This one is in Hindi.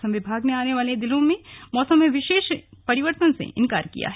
मौसम विभाग ने आने वाले दिनों में मौसम में विशेष परिवर्तन से इंकार किया है